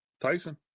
Tyson